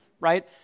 right